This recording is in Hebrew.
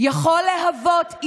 אירועי הפרעות שהיו בזמן שומר